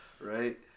Right